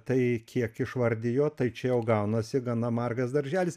tai kiek išvardijo tai čia jau gaunasi gana margas darželis